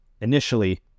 initially